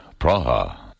Praha